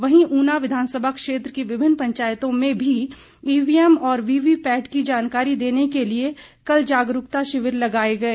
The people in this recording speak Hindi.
वहीं ऊना विधानसभा क्षेत्र की विभिन्न पंचायतों में भी ईवीएम और वीवीपैट की जानकारी देने को लिए कल जागरूकता शिविर लगाए गए